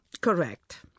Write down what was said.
Correct